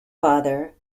father